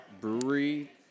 brewery